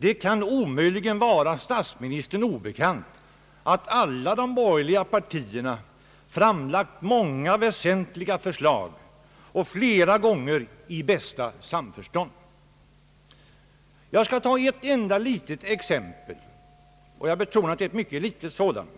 Det kan omöjligen vara statsministern obekant att alla de borgerliga partierna framlagt många väsentliga förslag och flera gånger i bästa samförstånd. Jag skall ta ett enda litet exempel, och jag betonar att det är ett mycket litet sådant,